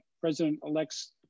President-elect's